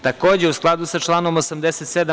Takođe, u skladu sa članom 87.